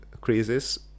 crisis